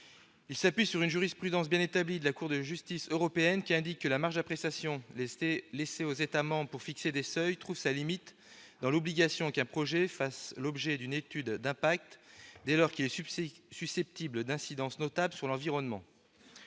Il s'appuie sur une jurisprudence bien établie de la Cour de justice de l'Union européenne, laquelle indique que la marge d'appréciation laissée aux États membres pour fixer des seuils trouve sa limite dans l'obligation qu'un projet fasse l'objet d'une étude d'impact dès lors qu'il est susceptible d'avoir des incidences notables sur l'environnement.